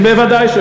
ודאי שלא.